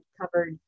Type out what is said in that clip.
covered